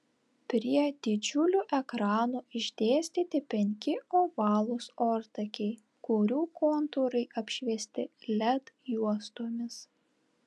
prie didžiulių ekranų išdėstyti penki ovalūs ortakiai kurių kontūrai apšviesti led juostomis